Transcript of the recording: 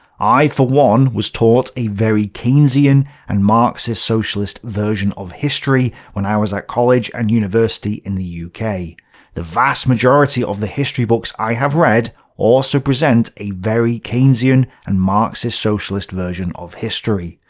i, for one, was taught a very keynesian and marxist-socialist version of history when i was at college and university in the yeah uk. the vast majority of the history books i have read, also present a very keynesian and marxist-socialist version of history.